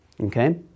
okay